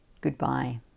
Goodbye